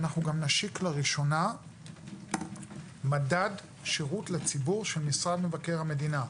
אנחנו גם נשיק לראשונה מדד שירות לציבור של משרד מבקר המדינה.